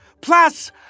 Plus